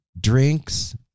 drinks